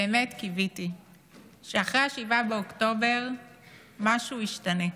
באמת קיוויתי שאחרי 7 באוקטובר משהו ישתנה,